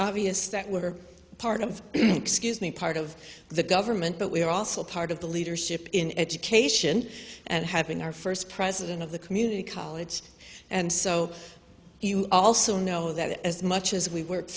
obvious that were part of excuse me part of the government but we are also part of the leadership in education and have been our first president of the community college and so you also know that as much as we work